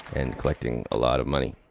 and collecting a lot of money.